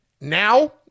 now